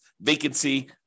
vacancy